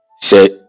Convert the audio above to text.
say